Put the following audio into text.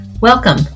Welcome